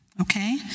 Okay